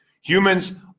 Humans